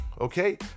Okay